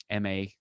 MA